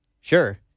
sure